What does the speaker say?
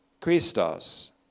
Christos